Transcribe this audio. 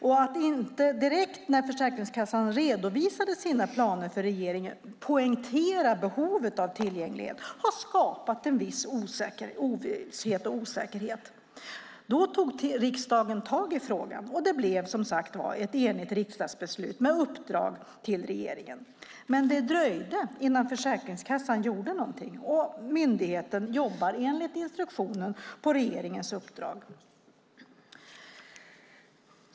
Att man inte direkt när Försäkringskassan redovisade sina planer för regeringen poängterade behovet av tillgänglighet har skapat ovisshet och osäkerhet. Riksdagen tog då tag i frågan. Det blev, som sagt, ett enhälligt riksdagsbeslut med ett uppdrag till regeringen. Men det dröjde innan Försäkringskassan gjorde någonting, och myndigheten jobbar enligt instruktionen på regeringens uppdrag.